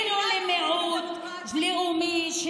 מדינת ישראל היא מדינה יהודית ודמוקרטית,